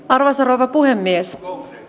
arvoisa rouva puhemies